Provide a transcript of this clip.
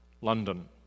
London